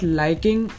liking